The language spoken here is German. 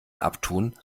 abtun